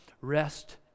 rest